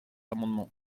amendement